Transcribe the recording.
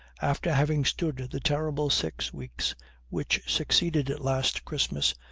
after having stood the terrible six weeks which succeeded last christmas,